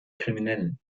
kriminellen